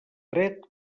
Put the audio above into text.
dret